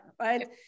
right